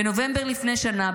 בנובמבר לפני שנה,